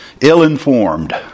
ill-informed